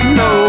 no